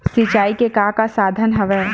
सिंचाई के का का साधन हवय?